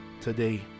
today